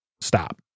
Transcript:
stop